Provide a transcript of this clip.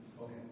Okay